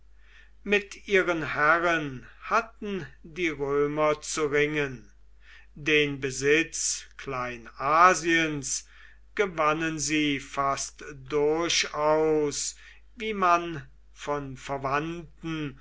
mit ihren herren hatten die römer zu ringen den besitz kleinasiens gewannen sie fast durchaus wie man von verwandten